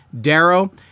Darrow